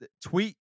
tweet